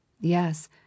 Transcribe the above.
Yes